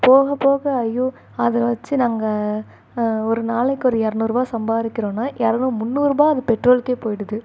போக போக ஐயோ அதை வச்சு நாங்கள் ஒரு நாளைக்கு ஒரு இரநூறுவா சம்பாதிக்கிறோம்னா இரநூ முந்நூறுரூபா அது பெட்ரோலுக்கே போய்டுது